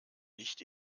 nicht